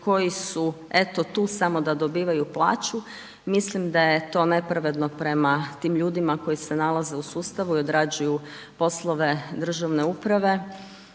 koji su eto tu samo da dobivaju plaću. Mislim da je to nepravedno prema tim ljudima, koji se nalaze u sustavu i odrađuju poslove državne uprave.